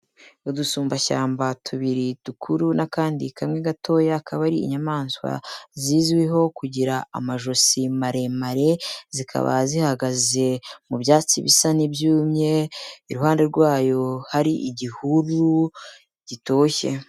Udusumbashyamba tubiri dukuru n'akandi kamwe gatoya, akaba ari inyamaswa zizwiho kugira amajosi maremare zikaba zihagaze mu byatsi bisa n'ibyumye, iruhande rwayo hari igihuru gitoshye.